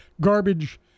garbage